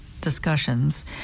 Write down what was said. discussions